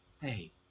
hey